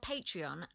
Patreon